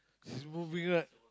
it's moving right